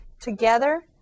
together